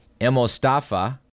Emostafa